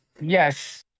Yes